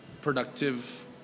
productive